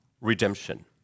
redemption